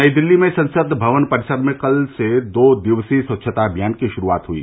नई दिल्ली में संसद भवन परिसर में कल से दो दिवसीय स्वच्छता अभियान की शुरूआत हुई